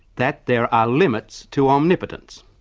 that there are limits to omnipotence.